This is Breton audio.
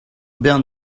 bern